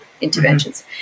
interventions